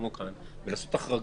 ולעשות החרגות,